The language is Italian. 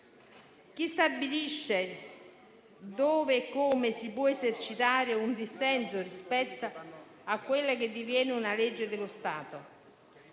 chi stabilisce dove e come si può esercitare un dissenso rispetto a quella che diviene una legge dello Stato?